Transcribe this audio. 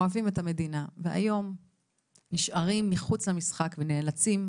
אוהבים את המדינה והיום נשארים מוץ למשחק ונאלצים,